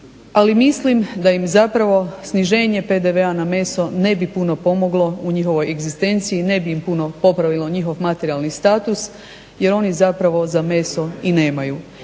ali mislim da im zapravo sniženje PDV-a na meso ne bi puno pomoglo u njihovoj egzistenciji i ne bi im puno popravilo njihov materijalni status jer oni zapravo za meso i nemaju.